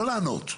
לא לענות.